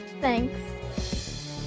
thanks